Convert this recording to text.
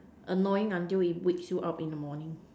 annoying until it wakes you up in the morning